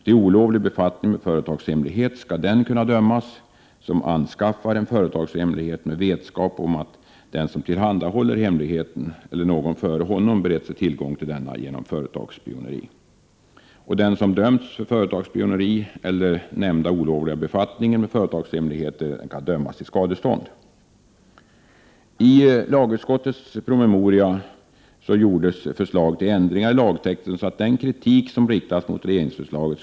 För olovlig befattning med företagshemlighet skall den kunna dömas som anskaffar en företagshemlighet trots vetskapen om att den som tillhandahåller hemligheten eller den som före honom berett sig tillgång till denna har gjort sig skyldig till företagsspioneri. Den som har dömts för företagsspioneri eller för nämnda olovliga befattning med företagshemlighet kan dömas till skadestånd. I lagutskottets promemoria framfördes förslag till ändringar i lagtexten för att tillgodose ställda krav, med tanke på den kritik som riktades mot regeringsförslaget.